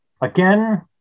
Again